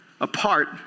apart